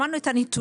שמענו את הנתונים.